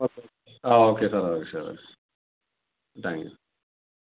ആ okay sir okay thank you